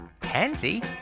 pansy